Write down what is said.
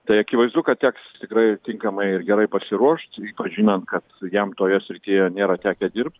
tai akivaizdu kad teks tikrai tinkamai ir gerai pasiruošt ypač žinant kad jam toje srityje nėra tekę dirbti